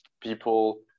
people